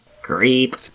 Creep